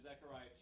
Zechariah